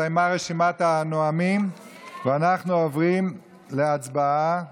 הסתיימה רשימת הנואמים ואנחנו עוברים להצבעה